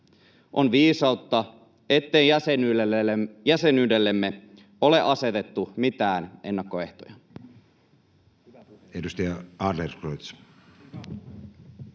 On viisautta, ettei jäsenyydellemme ole asetettu mitään ennakkoehtoja.